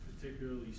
particularly